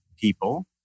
people